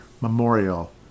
memorial